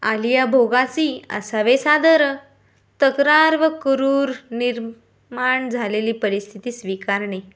आलिया भोगासी असावे सादर तक्रार व करूर निर्माण झालेली स्वीकारणे